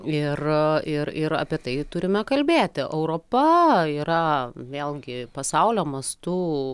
ir ir ir apie tai turime kalbėti europa yra vėlgi pasaulio mastu